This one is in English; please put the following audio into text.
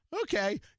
okay